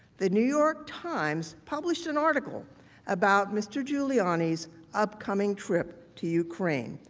the new york times published an article about mr. giuliani's upcoming trip to ukraine.